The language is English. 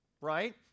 Right